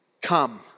Come